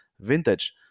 vintage